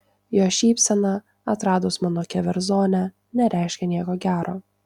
jo šypsena atradus mano keverzonę nereiškė nieko gero